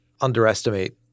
underestimate